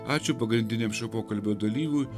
ačiū pagrindiniam šio pokalbio dalyviui